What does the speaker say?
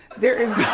there is